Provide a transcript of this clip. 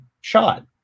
shot